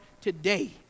today